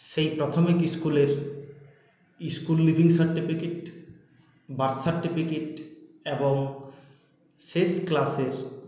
সেই প্রাথমিক স্কুলের school leaving certificate birth certificate এবং শেষ ক্লাসের